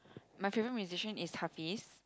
my favorite musician is Hafiz